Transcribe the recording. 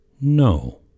no